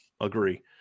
agree